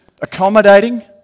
accommodating